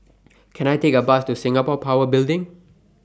Can I Take A Bus to Singapore Power Building